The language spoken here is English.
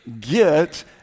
get